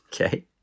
okay